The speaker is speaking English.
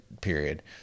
period